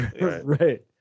Right